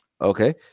okay